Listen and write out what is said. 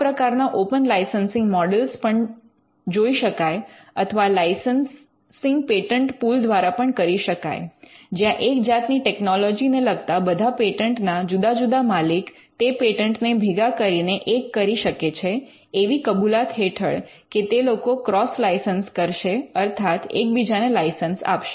આ પ્રકારના open licensing model પણ જોઇ શકાય અથવા લાઇસન્સિંગ પેટન્ટ પૂલ દ્વારા પણ કરી શકાય જ્યાં એક જાતની ટેકનોલોજી ને લગતા બધા પેટન્ટના જુદા જુદા માલિક તે પેટન્ટને ભેગા કરીને એક કરી શકે છે એવી કબૂલાત હેઠળ કે તે લોકો ક્રૉસ લાઇસન્સ કરશે અર્થાત એકબીજાને લાઇસન્સ આપશે